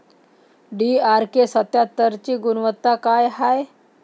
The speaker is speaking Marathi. डी.आर.के सत्यात्तरची गुनवत्ता काय हाय?